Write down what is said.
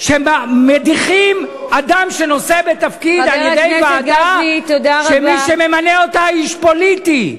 שמדיחים אדם שנושא בתפקיד על-ידי ועדה שמי שממנה אותה הוא איש פוליטי,